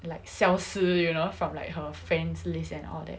like 消失 you know from like her friends list and all that